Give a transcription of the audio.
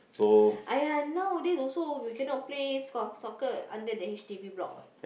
!aiya! nowadays also you cannot play saw soccer under the H_D_B block [what]